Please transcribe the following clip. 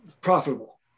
Profitable